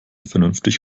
vernünftig